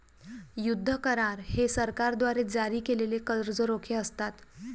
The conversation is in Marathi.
युद्ध करार हे सरकारद्वारे जारी केलेले कर्ज रोखे असतात